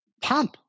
pump